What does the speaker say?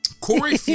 Corey